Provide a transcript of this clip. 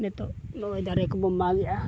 ᱱᱤᱛᱳᱜ ᱱᱚᱜᱼᱚᱭ ᱫᱟᱨᱮ ᱠᱚᱵᱚᱱ ᱢᱟᱜᱮᱜᱼᱟ